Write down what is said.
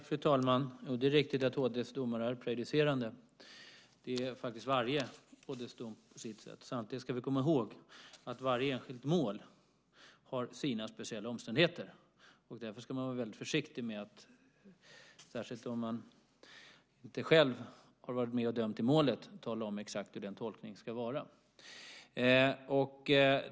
Fru talman! Det är riktigt att HD:s domar är prejudicerande. Det är faktiskt varje HD:s dom på sitt sätt. Samtidigt ska vi komma ihåg att varje enskilt mål har sina speciella omständigheter. Därför ska man vara väldigt försiktig med, särskilt om man inte själv har varit med och dömt i målet, att tala om exakt hur den tolkningen ska vara.